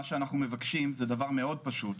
מה שאנחנו מבקשים זה דבר מאוד פשוט,